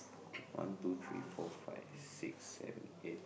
one two three four five six seven eight